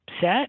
set